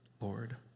Lord